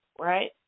right